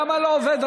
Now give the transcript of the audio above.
למה לא עובד?